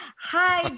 Hi